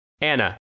Anna